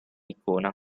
icona